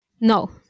No